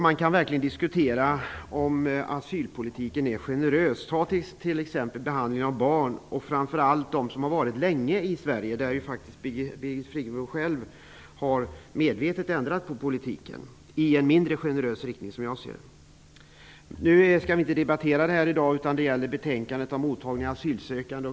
Man kan verkligen diskutera om asylpolitiken är generös. Som exempel kan man ta behandlingen av barn, framför allt de barn som har varit länge i Sverige. När det gäller behandlingen av barn har Birgit Friggebo medvetet ändrat politiken i en mindre generös riktning, som jag ser det. Men i dag skall vi inte debattera den saken utan det gäller betänkandet om mottagande av asylsökande.